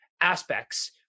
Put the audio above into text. aspects